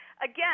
Again